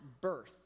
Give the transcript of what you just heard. birth